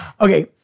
Okay